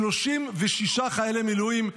36 חיילי מילואים.